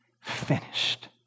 finished